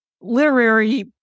literary